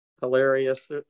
hilarious